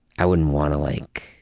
i wouldn't want to like.